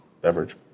beverage